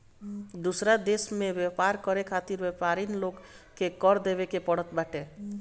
दूसरा देस में व्यापार करे खातिर व्यापरिन लोग के कर देवे के पड़त बाटे